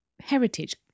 heritage